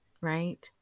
right